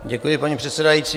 Děkuji, paní předsedající.